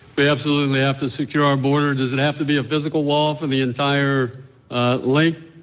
we absolutely have to secure our borders, does it have to be a physical wall for the entire length?